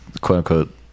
quote-unquote